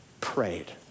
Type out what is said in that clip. prayed